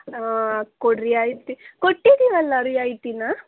ಆಂ ಕೊಡ್ ರಿಯಾಯಿತಿ ಕೊಟ್ಟಿದ್ದೀವಲ್ಲ ರಿಯಾಯಿತಿನ